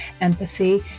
empathy